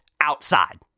outside